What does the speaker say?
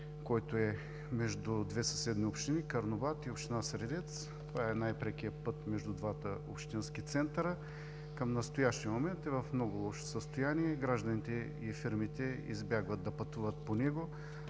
който е между две съседни общини Карнобат и община Средец. Това е най-прекият път между двата общински центъра. Към настоящия момент е в много лошо състояние – гражданите и фирмите избягват да пътуват по него.